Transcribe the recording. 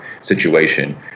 situation